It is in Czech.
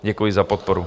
Děkuji za podporu.